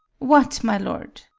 what, my lord?